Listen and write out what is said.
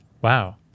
Wow